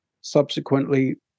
subsequently